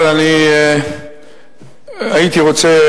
אבל אני הייתי רוצה,